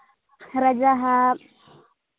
ᱨᱟᱡᱟᱣᱟᱜ